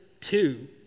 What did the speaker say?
Two